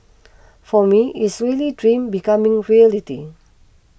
for me is really dream becoming reality